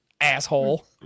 asshole